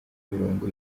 mirongo